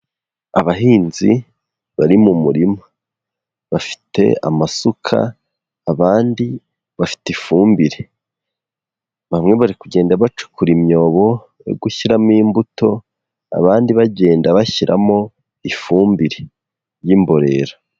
Abahinzi bari mu murima bafite amasuka abandi bafite ifumbire, bamwe bari kugenda bacukura imyobo yo gushyiramo imbuto, abandi bagenda bashyiramo ifumbire y'imborera.